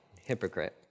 Hypocrite